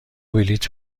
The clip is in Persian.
بلیط